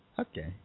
Okay